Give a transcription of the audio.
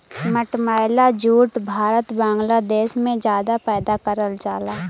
मटमैला जूट भारत बांग्लादेश में जादा पैदा करल जाला